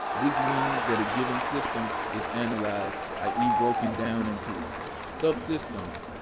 this means that a given system is analyzed, i e, broken down into its subsystems,